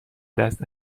دست